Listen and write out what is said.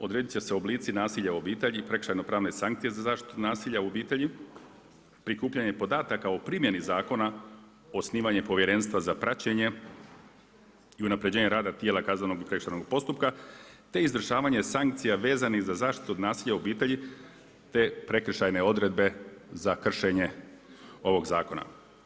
Odredit će se oblici nasilja u obitelji, prekršajno-pravne sankcije za zaštitu nasilja u obitelji, prikupljanje podataka o primjeni zakona, osnivanje povjerenstva za praćenje i unapređenje rada tijela kaznenog i prekršajnog postupka, te izvršavanje sankcija vezanih za zaštitu od nasilja u obitelji, te prekršajne odredbe za kršenje ovog zakona.